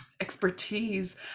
expertise